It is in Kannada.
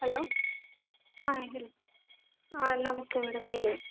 ಹಲೋ ಹಾಂ ಹೇಳಿ ಆಂ ನಮಸ್ತೆ ಮೇಡಮ್ ಹೇಳಿ